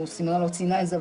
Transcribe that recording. סימונה לא ציינה את זה,